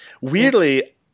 Weirdly